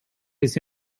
his